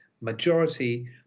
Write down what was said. majority